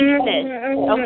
Okay